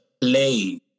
play